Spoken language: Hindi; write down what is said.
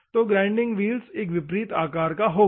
तो ग्राइंडिंग व्हील्स एक विपरीत आकार होगा